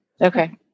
Okay